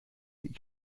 ich